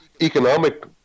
economic